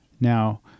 Now